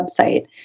website